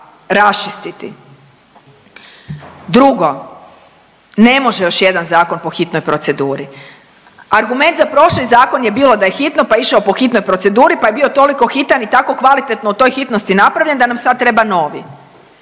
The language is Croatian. Drugo, ne može još jedan zakon po hitnoj proceduri. Argument za prošli zakon je bilo da je hitno pa je išao po hitnoj proceduri pa je bio toliko hitan i tako kvalitetno u toj hitnosti napravljen da nam sad treba novi.